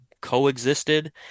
coexisted